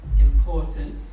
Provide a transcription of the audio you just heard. important